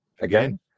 Again